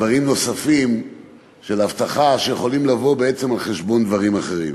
דברים נוספים של אבטחה שיכולים לבוא בעצם על חשבון דברים אחרים.